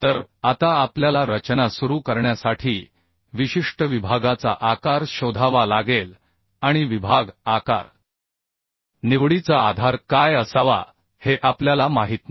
तर आता आपल्याला रचना सुरू करण्यासाठी विशिष्ट विभागाचा आकार शोधावा लागेल आणि विभाग आकार निवडीचा आधार काय असावा हे आपल्याला माहित नाही